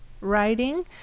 writing